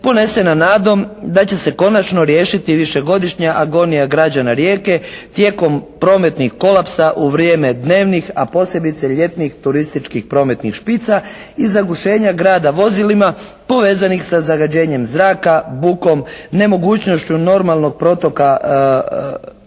ponesena nadom da će se konačno riješiti višegodišnja agonija građana Rijeke tijekom prometnih kolapsa u vrijeme dnevnih, a posebice ljetnih turističkih prometnih špica i zagušenja grada vozilima povezanih sa zagađenjem zraka, bukom, nemogućnošću normalnog protoka